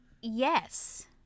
Yes